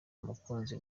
umukunzi